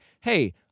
hey